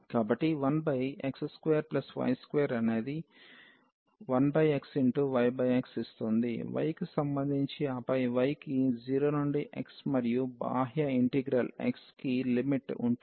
కాబట్టి 1x2y2అనేది 1xyx ఇస్తుంది y కి సంబంధించి ఆపై y కి 0 నుండి x మరియు బాహ్య ఇంటిగ్రల్ x కి లిమిట్ ఉంటుంది